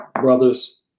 brothers